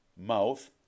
mouth